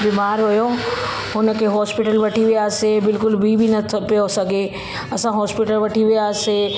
बीमार हुओ उनखे हॉस्पिटल वठी वियासीं बिलकुलु बि बि न थो पियो सघे असां हॉस्पिटल वठी वियासीं